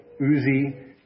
Uzi